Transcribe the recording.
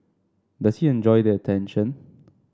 does he enjoy the attention